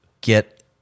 get